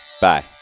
Bye